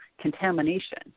contamination